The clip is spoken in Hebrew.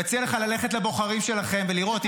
אני מציע לך ללכת לבוחרים שלכם ולראות.